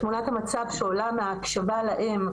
תמונת המצב שעולה מההקשבה לאם,